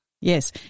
Yes